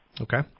Okay